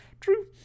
True